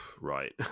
right